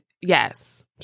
yes